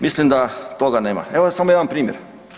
Mislim da toga nema, evo samo jedan primjer.